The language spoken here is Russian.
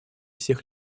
всех